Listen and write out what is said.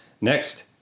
Next